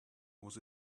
was